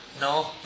No